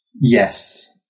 Yes